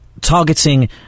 targeting